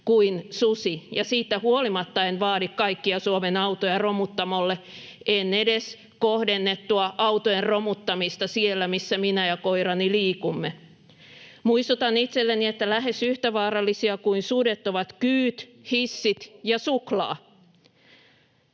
kuin susi, ja siitä huolimatta en vaadi kaikkia Suomen autoja romuttamolle, en edes kohdennettua autojen romuttamista siellä, missä minä ja koirani liikumme. Muistutan itselleni, että lähes yhtä vaarallisia kuin sudet ovat kyyt, hissit ja suklaa.